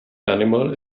animal